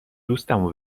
دوستمو